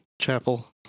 Chapel